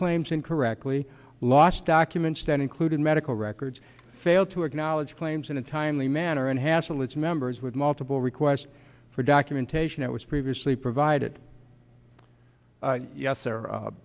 claims incorrectly lost documents that included medical records fail to acknowledge claims in a timely manner and hassle its members with multiple requests for documentation that was previously provided yes